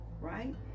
right